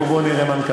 בוא, בוא נראה מה נקבל.